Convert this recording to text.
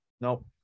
Nope